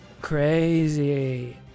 Crazy